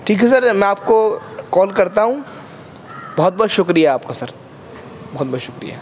ٹھیک ہے سر میں آپ کو کال کرتا ہوں بہت بہت شکریہ آپ کا سر بہت بہت شکریہ